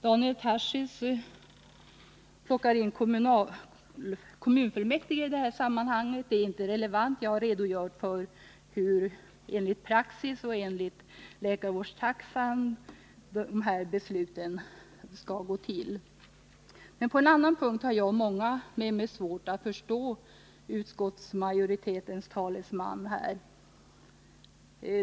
Daniel Tarschys kopplar in kommunfullmäktige i detta sammanhang. Det är inte relevant. Jag har redogjort för hur de här besluten skall gå till enligt praxis och enligt läkarvårdstaxan. På en annan punkt har jag och många med mig svårt att förstå utskottsmajoritetens talesman här.